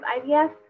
IVF